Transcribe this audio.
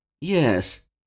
Yes